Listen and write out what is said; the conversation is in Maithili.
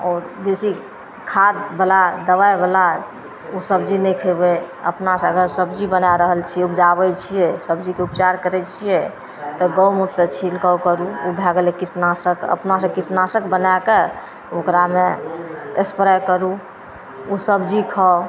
आओर बेसी खादवला दवाइवला ओ सबजी नहि खएबै अपनासे अगर सबजी बनै रहल छिए उपजाबै छिए सबजीके उपचार करै छिए तऽ गोमूत्रके छिटिके करू ओ भै गेलै कीटनाशक अपनासे कीटनाशक बनैके ओकरामे एस्प्रे करू ओ सबजी खाउ